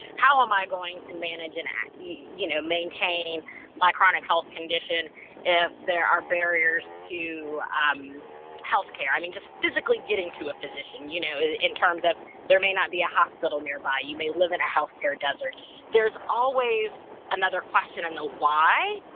how am i going to manage and, you you know, maintain my chronic health condition if there are barriers to um health care? i mean, just physically getting to a physician, you know, in terms of there may not be a hospital nearby. you may live in a health care desert there's always another question on the why,